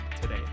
today